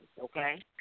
okay